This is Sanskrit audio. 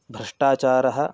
भ्रष्टाचारः